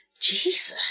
Jesus